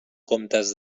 comptes